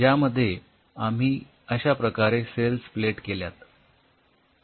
त्यामध्ये आम्ही अश्या प्रकारे सेल्स प्लेट केल्यात